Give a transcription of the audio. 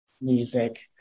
music